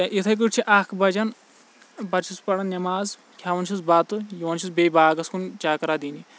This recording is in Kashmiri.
تہٕ اِتھے پٲٹھۍ چھِ اَکھ بَجان پَتہٕ چھُس پَران نٮ۪ماز کھیٚوان چھُس بَتہٕ یِوان چھُس بیٚیہِ باغس کُن چَکرا دِنہِ